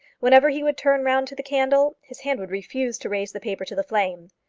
whenever he would turn round to the candle, his hand would refuse to raise the paper to the flame.